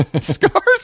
scars